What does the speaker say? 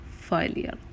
failure